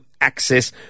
access